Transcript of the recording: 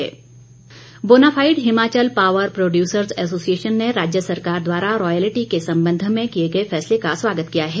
power association bonafide Himachal power producers association ने राज्य सरकार द्वारा रॉयल्टी के संबंध में किए गए फैसले का स्वागत किया है